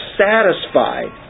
satisfied